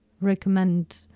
recommend